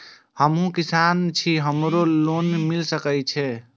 हमू किसान छी हमरो के लोन मिल सके छे?